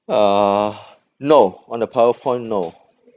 uh no on the powerpoint no